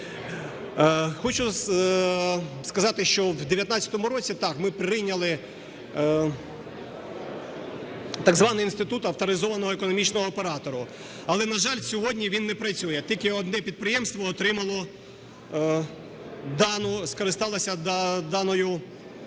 Хочу сказати, що в 2019 році, так, ми прийняли так званий інститут авторизованого економічного оператора, але, на жаль, сьогодні він не працює, тільки одне підприємство отримало дану, скористалося даною